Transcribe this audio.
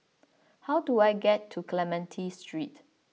how do I get to Clementi Street